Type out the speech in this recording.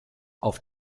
auf